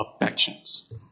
affections